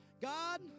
God